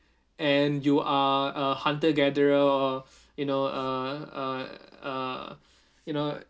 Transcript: and you are a hunter gatherer uh you know uh uh uh you know